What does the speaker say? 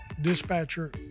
dispatcher